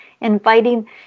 Inviting